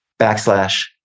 backslash